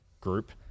group